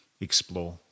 explore